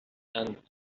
and